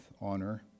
honor